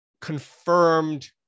confirmed